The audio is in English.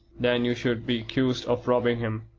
than you should be accused of robbing him.